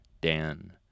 Dan